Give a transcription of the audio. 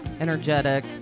energetic